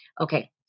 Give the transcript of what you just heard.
Okay